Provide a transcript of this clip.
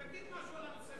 תגיד משהו על הנושא,